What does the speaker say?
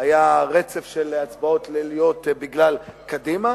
היה רצף של הצבעות ליליות בגלל קדימה.